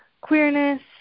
queerness